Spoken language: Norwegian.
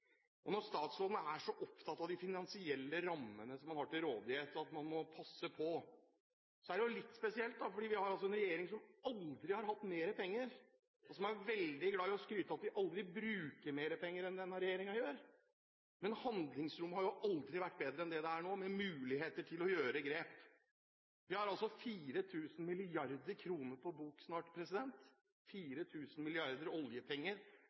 og når statsråden er så opptatt av de finansielle rammene man har til rådighet, at man må passe på, er jo det litt spesielt. Vi har altså en regjering som aldri har hatt mer penger, og som er veldig glad i å skryte av at vi aldri har brukt mer penger enn det denne regjeringen gjør. Men handlingsrommet har jo aldri vært bedre enn det er nå, med muligheter til å gjøre grep. Vi har altså 4 000 mrd. kr på bok snart – 4 000 milliarder oljepenger